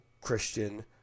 Christian